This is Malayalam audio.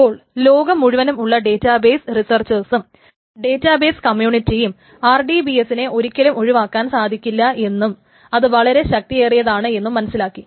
അപ്പോൾ ലോകം മുഴുവനുമുള്ള ഡേറ്റാബേസ് റിസേർചേഴ്സും ഡേറ്റാബേസ് കമ്മ്യൂണിറ്റിയും RDBS നെ ഒരിക്കലും ഒഴിവാക്കാൻ സാധിക്കില്ല എന്നും അത് വളരെ ശക്തിയേറിയതാണ് എന്നും മനസ്സിലാക്കി